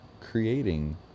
creating